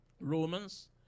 Romans